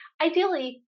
ideally